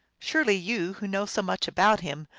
surely you, who know so much about him,